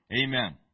Amen